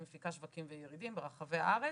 אני מפיקה שווקים וירידים ברחבי הארץ.